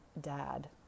dad